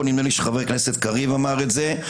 נדמה לי שחבר הכנסת קריב אמר את זה,